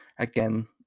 Again